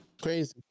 Crazy